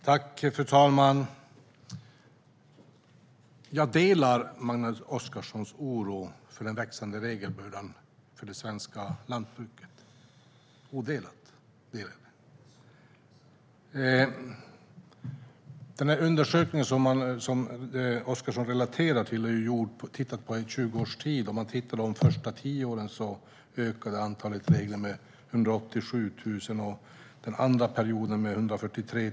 Fru talman! Jag delar Magnus Oscarssons oro för den växande regelbördan i det svenska lantbruket. I den undersökning som Oscarsson relaterar till har man tittat på en 20-årsperiod. Under de första tio åren ökade antalet regler med 187 och under den andra perioden med 143.